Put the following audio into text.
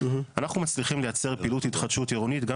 אנחנו מצליחים לייצר פעילות התחדשות עירונית גם